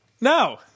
no